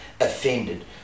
offended